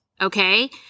Okay